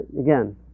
again